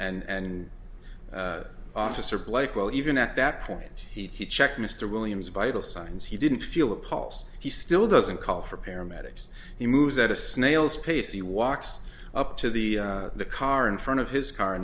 d officer blake well even at that point he checked mr williams vital signs he didn't feel a pulse he still doesn't call for paramedics he moves at a snail's pace he walks up to the the car in front of his car